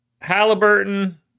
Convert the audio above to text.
Halliburton